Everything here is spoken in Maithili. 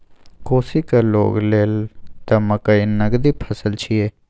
कोशीक लोग लेल त मकई नगदी फसल छियै